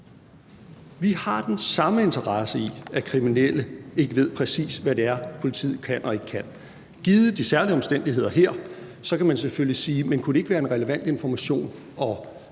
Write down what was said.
Vi har den samme interesse i, at kriminelle ikke ved, præcis hvad det er, politiet kan og ikke kan. Givet de særlige omstændigheder her kan man selvfølgelig sige: Men kunne det ikke være en relevant information